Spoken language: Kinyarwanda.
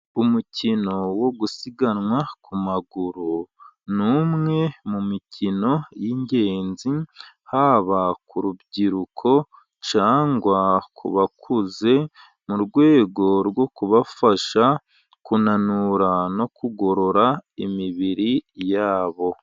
Umukino wo gusiganwa ku maguru, ni umwe mu mikino y'ingenzi, haba ku rubyiruko cyangwa ku bakuze, mu rwego rwo kubafasha kunanura no kugorora imibiri yabo.